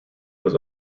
was